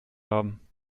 haben